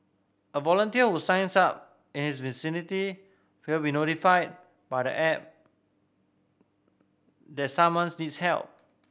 a volunteer who signs up and is vicinity will be notified by the app that someone's needs help